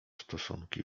stosunki